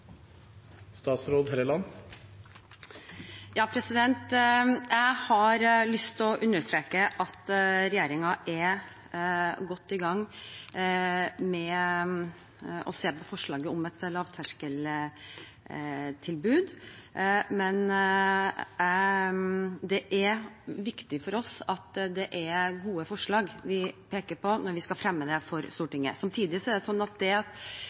godt i gang med å se på forslaget om et lavterskeltilbud, men det er viktig for oss at det er gode forslag vi peker på når vi skal fremme det for Stortinget. Samtidig er det sånn at det å gi myndighet til å ilegge oppreisning og erstatning i enkle saksforhold heller ikke vil være en automatisk konsekvens av at